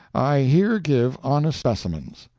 i here give honest specimens.